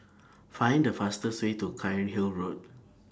Find The fastest Way to Cairnhill Road